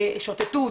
שוטטות,